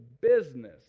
business